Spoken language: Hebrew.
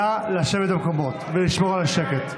נא לשבת במקומות ולשמור על השקט.